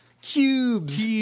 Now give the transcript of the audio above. Cubes